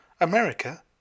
America